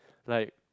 like